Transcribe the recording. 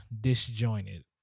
disjointed